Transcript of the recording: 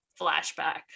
flashback